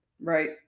Right